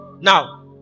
Now